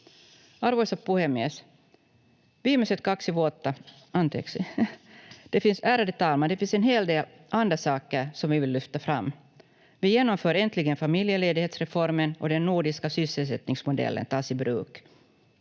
viktiga satsningar för att råda bot på situationen. Ärade talman! Det finns en hel del andra saker som vi vill lyfta fram. Vi genomför äntligen familjeledighetsreformen och den nordiska sysselsättningsmodellen tas i bruk.